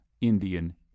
Indian